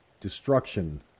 destruction